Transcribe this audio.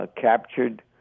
captured